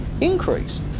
increase